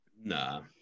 Nah